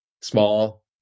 small